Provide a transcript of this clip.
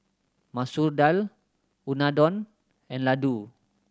Masoor Dal Unadon and Ladoo